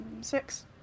Six